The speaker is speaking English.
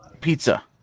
pizza